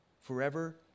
forever